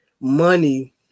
money